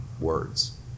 words